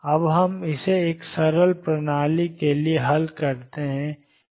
अब हम इसे एक सरल प्रणाली के लिए हल करते हैं